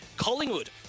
Collingwood